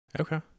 Okay